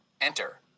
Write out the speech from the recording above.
enter